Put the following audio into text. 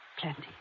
Plenty